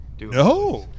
No